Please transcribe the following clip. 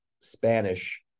Spanish